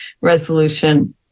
resolution